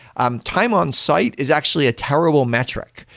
um time on site is actually a terrible metric.